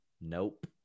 Nope